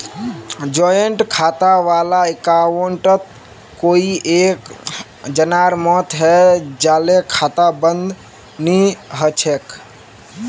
joint खाता वाला अकाउंटत कोई एक जनार मौत हैं जाले खाता बंद नी हछेक